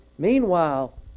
Meanwhile